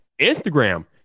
Instagram